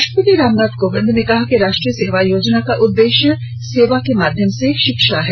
राष्ट्रपति रामनाथ कोविंद ने कहा कि राष्ट्रीय सेवा योजना का उद्देश्य सेवा के माध्यम से शिक्षा है